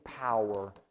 power